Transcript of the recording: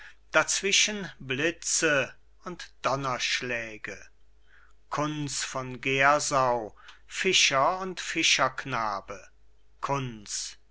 dazwischen blitze und donnerschläge kunz von gersau fischer und fischerknabe